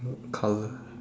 colour